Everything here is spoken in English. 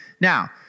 Now